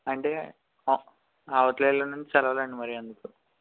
అంటే అ అవతల ఎల్లుండి నుండి సెలవలండి మరి అందుకు